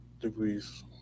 degrees